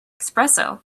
espresso